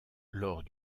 lors